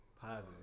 Positive